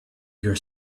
your